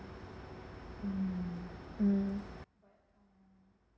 hmm mm